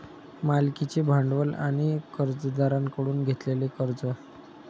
मालकीचे भांडवल आणि कर्जदारांकडून घेतलेले कर्ज